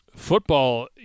Football